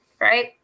Right